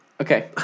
Okay